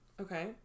Okay